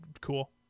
cool